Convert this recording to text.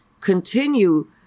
continue